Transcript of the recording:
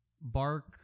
Bark